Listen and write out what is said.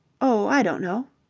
oh, i don't know.